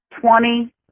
twenty